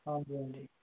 ਹਾਂਜੀ ਹਾਂਜੀ